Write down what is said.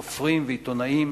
סופרים ועיתונאים,